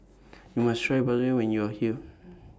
YOU must Try when YOU Are here